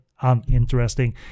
uninteresting